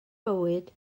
bywyd